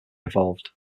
evolved